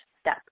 step